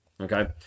Okay